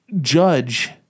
Judge